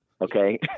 Okay